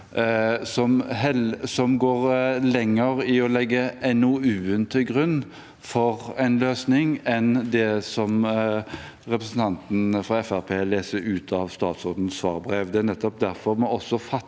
som går lenger i å legge NOU-en til grunn for en løsning enn det som representanten fra Fremskrittspartiet leser ut av statsrådens svarbrev. Det er nettopp derfor vi fatter